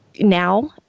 now